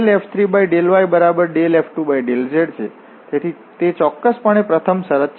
તેથી તે ચોક્કસપણે પ્રથમ શરત છે